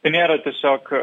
tai nėra tiesiog